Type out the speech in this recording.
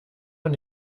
man